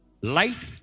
Light